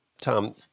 Tom